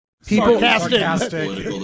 sarcastic